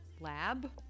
lab